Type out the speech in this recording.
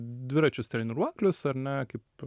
dviračius treniruoklius ar ne kaip